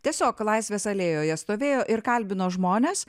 tiesiog laisvės alėjoje stovėjo ir kalbino žmones